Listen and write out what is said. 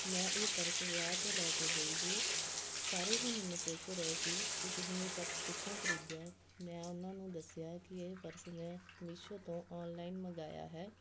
ਮੈਂ ਇਹ ਪਰਸ ਵਿਆਹ 'ਤੇ ਲੈ ਕੇ ਗਈ ਸੀ ਸਾਰੇ ਹੀ ਮੈਨੂੰ ਪੁੱਛ ਰਹੇ ਸੀ ਕਿ ਤੁਸੀਂ ਇਹ ਪਰਸ ਕਿੱਥੋਂ ਖਰੀਦਿਆ ਮੈਂ ਉਹਨਾਂ ਨੂੰ ਦੱਸਿਆ ਕਿ ਇਹ ਪਰਸ ਮੈਂ ਮੀਸ਼ੋ ਤੋਂ ਔਨਲਾਈਨ ਮੰਗਵਾਇਆ ਹੈ